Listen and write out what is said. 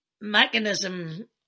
mechanism